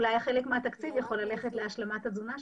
אולי חלק מהתקציב יכול ללכת להשלמת התזונה שלהם.